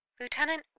Lieutenant